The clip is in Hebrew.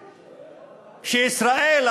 שישראל,